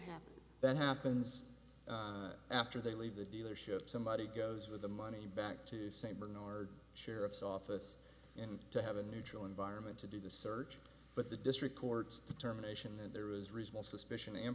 happen that happens after they leave the dealership somebody goes with the money back to st bernard sheriff's office in to have a neutral environment to do the search but the district court's determination and there is reasonable suspicion a